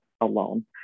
alone